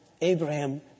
Abraham